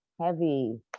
heavy